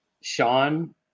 sean